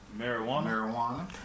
Marijuana